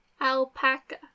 Alpaca